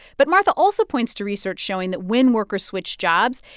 but martha also points to research showing that when workers switch jobs,